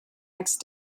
next